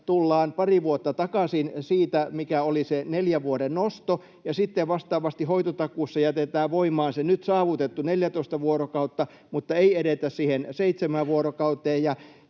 tullaan pari vuotta takaisin siitä, mikä oli se neljän vuoden nosto, ja sitten vastaavasti hoitotakuussa jätetään voimaan se nyt saavutettu 14 vuorokautta mutta ei edetä siihen seitsemään vuorokauteen.